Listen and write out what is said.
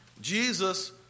Jesus